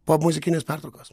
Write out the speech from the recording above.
po muzikinės pertraukos